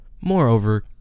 Moreover